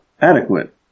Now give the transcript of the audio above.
adequate